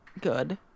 good